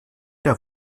der